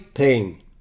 pain